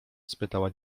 spytała